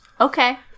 Okay